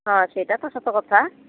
ହଁ ସେଇଟା ତ ସତ କଥା